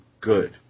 good